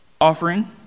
offering